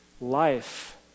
life